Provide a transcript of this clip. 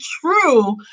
true